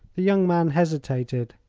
the young man hesitated.